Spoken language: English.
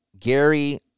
Gary